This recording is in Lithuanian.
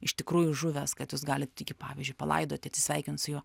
iš tikrųjų žuvęs kad jūs galit jį pavyzdžiui palaidoti atsisveikint su juo